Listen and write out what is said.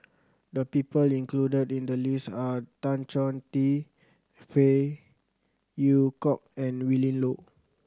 the people included in the list are Tan Choh Tee Phey Yew Kok and Willin Low